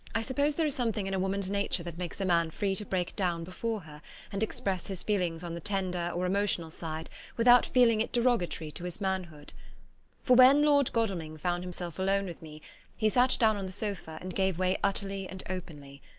i suppose there is something in woman's nature that makes a man free to break down before her and express his feelings on the tender or emotional side without feeling it derogatory to his manhood for when lord godalming found himself alone with me he sat down on the sofa and gave way utterly and openly.